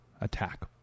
attack